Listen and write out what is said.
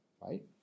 right